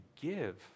give